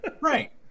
right